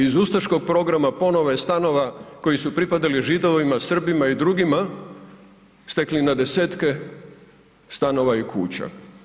I iz ustaškog programa ponovo je stanova koji su pripadali Židovima, Srbima i drugima stekli na 10-tke stanova i kuća.